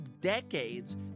decades